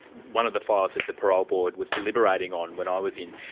one of the files that the parole board was deliberating on when i was in,